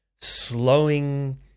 Slowing